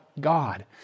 God